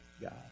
God